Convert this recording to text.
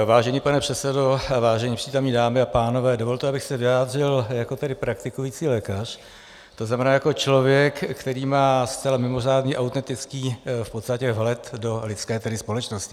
Vážený pane předsedo, vážené přítomní, dámy a pánové, dovolte, abych se vyjádřil jako praktikující lékař, to znamená jako člověk, který má zcela mimořádný autentický v podstatě vhled do lidské společnosti.